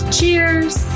Cheers